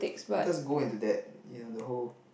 just go into that you know the whole